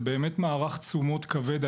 זה באמת מערך תשומות כבד.